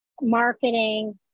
marketing